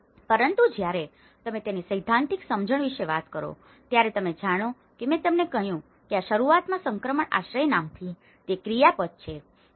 પરંતુ જ્યારે તમે તેની સૈદ્ધાંતિક સમજણ વિશે વાત કરો છો ત્યારે તમે જાણો છો કે મેં તમને કહ્યું હતું કે શરૂઆતમાં સંક્રમણ આશ્રય નામ નથી તે ક્રિયાપદ છે તે એક પ્રક્રિયા છે